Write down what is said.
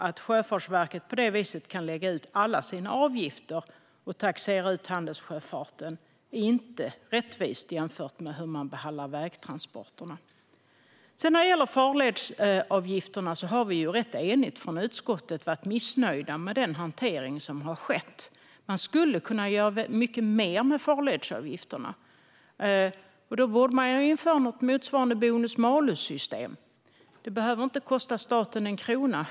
Att Sjöfartsverket kan lägga ut sina avgifter på det viset och taxera ut handelssjöfarten är inte rättvist jämfört med hur det är inom vägtransporterna. Vad gäller farledsavgifterna har vi i utskottet rätt enigt varit missnöjda med hur hanteringen har skett. Man skulle kunna göra mycket mer vad gäller farledsavgifterna och kanske införa något som motsvarar bonus-malus-systemet. Det behöver inte kosta staten en krona.